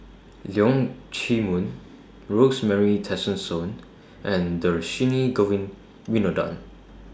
Leong Chee Mun Rosemary Tessensohn and Dhershini Govin Winodan